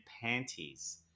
panties